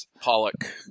Pollock